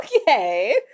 okay